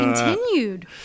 continued